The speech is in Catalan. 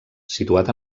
situat